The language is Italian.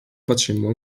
facemmo